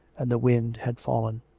and the wind had fallen.